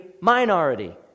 minority